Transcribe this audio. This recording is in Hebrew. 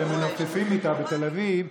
שמנופפים בה בתל אביב,